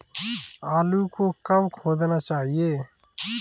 आलू को कब खोदना चाहिए?